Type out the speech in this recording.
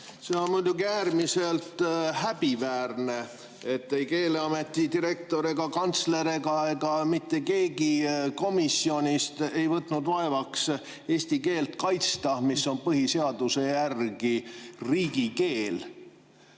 See on muidugi äärmiselt häbiväärne, et ei Keeleameti direktor ega kantsler ega mitte keegi komisjonist ei võtnud vaevaks eesti keelt kaitsta, mis on põhiseaduse järgi riigikeel